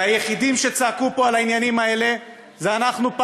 והיחידים שצעקו פה על העניינים האלה זה אנחנו,